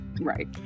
Right